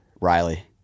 Riley